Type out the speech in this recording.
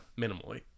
minimally